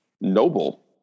noble